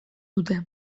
dute